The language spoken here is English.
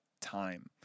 time